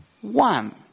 one